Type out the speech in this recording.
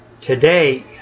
today